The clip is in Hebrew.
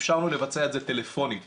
אפשרנו לבצע את זה טלפונית.